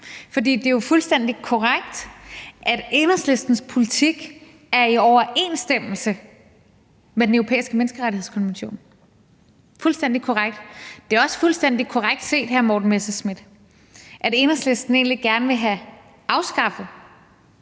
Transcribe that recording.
For det er jo fuldstændig korrekt, at Enhedslistens politik er i overensstemmelse med Den Europæiske Menneskerettighedskonvention, fuldstændig korrekt. Det er også fuldstændig korrekt set, hr. Morten Messerschmidt, at Enhedslisten egentlig gerne vil have afskaffet